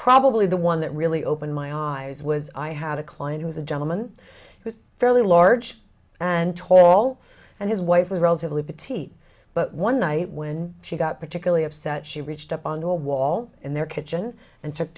probably the one that really opened my eyes was i had a client who was a gentleman who is fairly large and tall and his wife was relatively pretty but one night when she got particularly upset she reached up on the wall in their kitchen and took